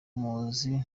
muzi